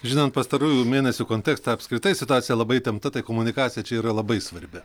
žinant pastarųjų mėnesių kontekstą apskritai situacija labai įtempta tai komunikacija čia yra labai svarbi